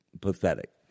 pathetic